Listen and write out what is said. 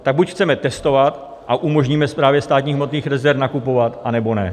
Tak buď chceme testovat a umožníme Správě státních hmotných rezerv nakupovat, anebo ne.